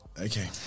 Okay